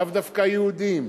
לאו דווקא יהודים,